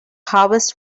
harvest